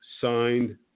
signed